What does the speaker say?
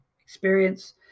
experience